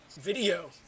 video